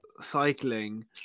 cycling